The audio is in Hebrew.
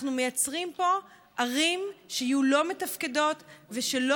אנחנו מייצרים פה ערים שיהיו לא מתפקדות ושלא